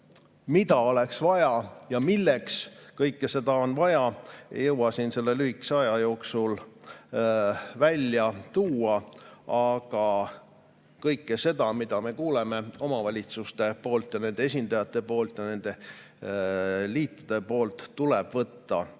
mida oleks vaja, ja milleks kõike seda on vaja, ei jõua selle lühikese aja jooksul välja tuua. Aga kõike seda, mida me kuuleme omavalitsustelt ja nende esindajatelt ja nende liitudelt, tuleb võtta